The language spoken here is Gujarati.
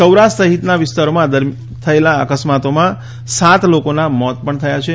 સૌરાષ્ટ્ર સહિતના વિસ્તારોમાં દરમિયાન થયેલા અકસ્માતોમાં સાત લોકોના મોત થયા છે